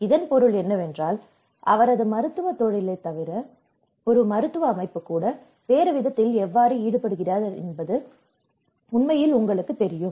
இதன் பொருள் என்னவென்றால் அவரது மருத்துவத் தொழிலை தவிர ஒரு மருத்துவ அமைப்பு கூட வேறு விதத்தில் எவ்வாறு ஈடுபடுகிறார் என்பது உண்மையில் உங்களுக்கு தெரியும்